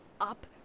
up